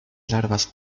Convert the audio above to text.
larvas